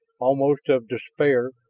almost of despair,